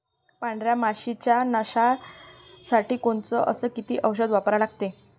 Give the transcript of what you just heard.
पांढऱ्या माशी च्या नाशा साठी कोनचं अस किती औषध वापरा लागते?